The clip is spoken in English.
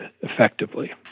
effectively